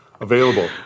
available